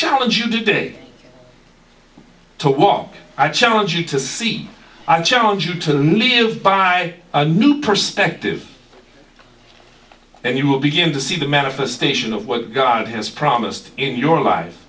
challenge you to day to walk i challenge you to see i challenge you to leave by a new perspective and you will begin to see the manifestation of what god has promised in your life